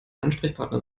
ansprechpartner